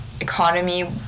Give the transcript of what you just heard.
economy